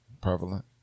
Prevalent